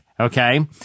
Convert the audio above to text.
Okay